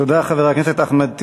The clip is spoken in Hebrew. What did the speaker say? תודה, חבר הכנסת אחמד טיבי.